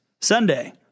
Sunday